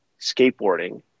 skateboarding